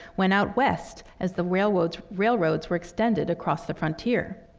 went out west as the railroads railroads were extended across the frontier.